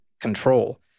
control